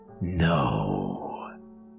No